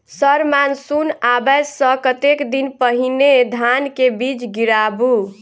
Sir monsoon आबै सऽ कतेक दिन पहिने धान केँ बीज गिराबू?